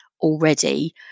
already